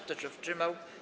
Kto się wstrzymał?